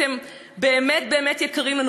אתם באמת באמת יקרים לנו.